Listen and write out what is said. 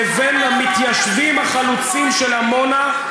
לבין המתיישבים החלוצים של עמונה,